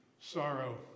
sorrow